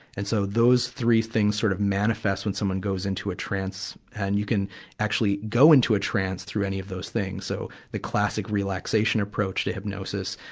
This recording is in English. and so, those three things sort of manifest when someone goes into a trance, and you can actually go into a trance through any of those things. so, the classic relaxation approach to hypnosis,